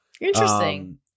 Interesting